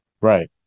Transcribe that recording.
Right